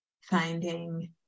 finding